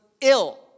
ill